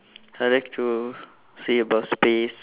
I like to see above space